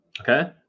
Okay